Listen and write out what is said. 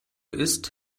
isst